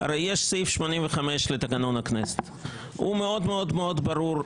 יש את סעיף 85 לתקנון הכנסת ובעיניי הוא מאוד מאוד ברור.